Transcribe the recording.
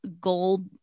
gold